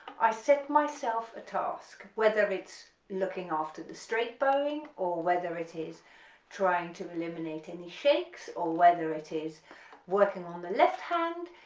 i set myself a task, whether it's looking after the straight bowing or whether it is trying to eliminate any shakes or whether it is working on the left hand,